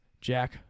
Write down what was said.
Jack